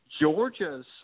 georgia's